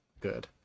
good